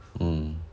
mm